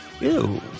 Ew